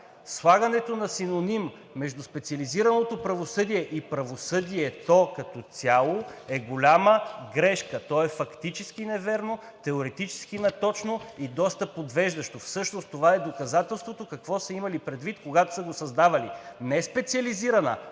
Слагането на синоним между специализираното правосъдие и правосъдието като цяло е голяма грешка. То е фактически невярно, теоретически неточно и доста подвеждащо. Всъщност това е доказателството какво са имали предвид, когато са го създавали. Не специализирана,